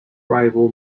rival